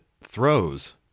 throws